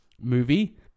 movie